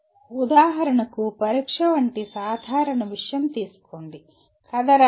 ఉదాహరణకు పరీక్ష వంటి సాధారణ విషయం తీసుకోండి కథ రాయండి